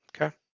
Okay